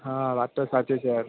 હા વાત તો સાચી છે